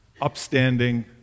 upstanding